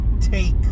take